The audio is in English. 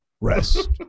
Rest